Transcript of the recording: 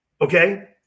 Okay